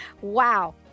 Wow